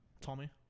Tommy